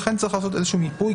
לכן צריך לעשות איזשהו מיפוי,